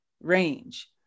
range